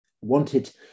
wanted